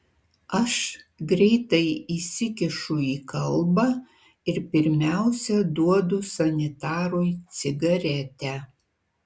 aš greitai įsikišu į kalbą ir pirmiausia duodu sanitarui cigaretę